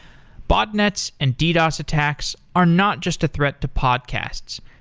botnets and ddos attacks are not just a threat to podcasts.